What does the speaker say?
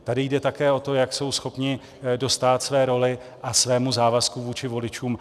Tady jde také o to, jak jsou schopni dostát své roli a svému závazku vůči voličům.